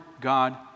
God